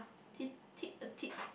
tit tit a tat